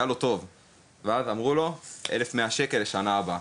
היה לו טוב בה ואז אמרו לו "המחיר עולה בכ-1,100 ₪ לשנה הבאה".